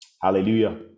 Hallelujah